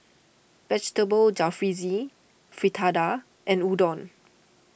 Vegetable Jalfrezi Fritada and Udon